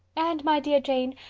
and, my dear jane,